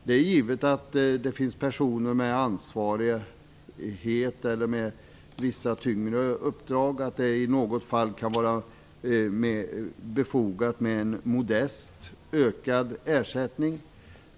Det är givet att det finns personer med ansvar eller tyngre uppdrag och att det i något fall kan vara befogat med en modest höjning av ersättningen.